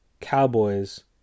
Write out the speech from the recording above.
Cowboys